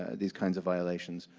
ah these kinds of violations.